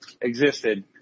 existed